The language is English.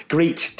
Great